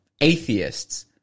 atheists